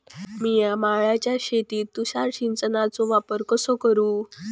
मिया माळ्याच्या शेतीत तुषार सिंचनचो वापर कसो करू?